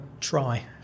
try